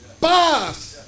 Paz